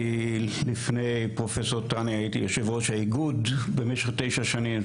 לפני פרופ' טנה הייתי יושב-ראש האיגוד במשך תשע שנים.